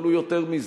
אבל הוא יותר מזה.